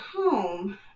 home